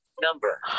Number